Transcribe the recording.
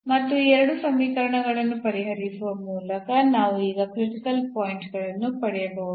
ಮತ್ತು ಈ ಎರಡು ಸಮೀಕರಣಗಳನ್ನು ಪರಿಹರಿಸುವ ಮೂಲಕ ನಾವು ಈಗ ಕ್ರಿಟಿಕಲ್ ಪಾಯಿಂಟ್ ಗಳನ್ನು ಪಡೆಯಬಹುದು